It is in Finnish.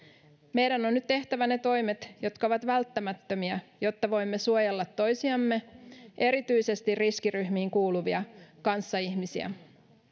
meidän on on nyt tehtävä ne toimet jotka ovat välttämättömiä jotta voimme suojella toisiamme erityisesti riskiryhmiin kuuluvia kanssaihmisiä